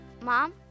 Mom